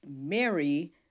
Mary